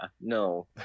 no